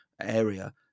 area